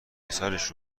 پسرش